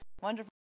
wonderful